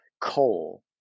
coal